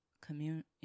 community